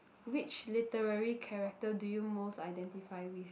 which literary character do you most identify with